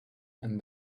and